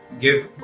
give